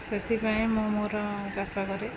ସେଥିପାଇଁ ମୁଁ ମୋର ଚାଷ କରେ